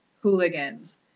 hooligans